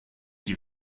die